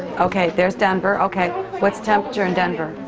okay. there's denver. okay. what's temperature in denver?